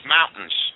mountains